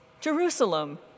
Jerusalem